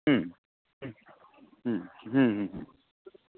হুম হুম হুম হুম